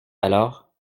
alors